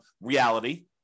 reality